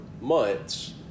months